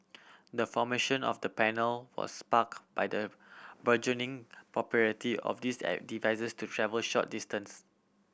the formation of the panel was spark by the burgeoning popularity of these devices to travel short distance